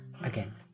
Again